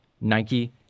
Nike